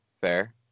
fair